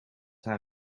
haar